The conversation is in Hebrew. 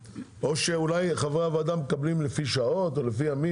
אולי חברי הוועדה מקבלים שכר לפי שעות או לפי ימים.